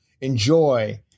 enjoy